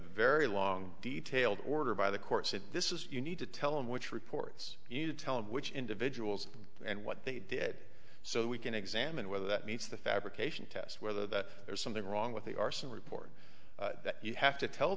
very long detailed order by the courts and this is you need to tell them which reports you tell and which individuals and what they did so we can examine whether that meets the fabrication test whether that there's something wrong with the arson report that you have to tell